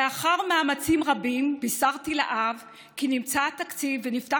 לאחר מאמצים רבים בישרתי לאב כי נמצא תקציב ונפתח